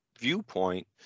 viewpoint